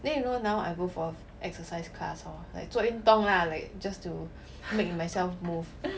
then you know now I go for exercise class hor like 做运动 lah like just to make myself move